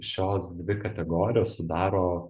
šios dvi kategorijos sudaro